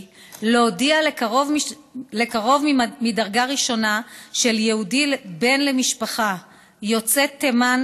להודיע לקרוב מדרגה ראשונה של יהודי בן למשפחה יוצאת תימן,